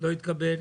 לא התקבל.